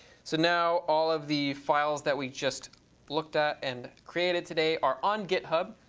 so now all of the files that we just looked at and created today are on github.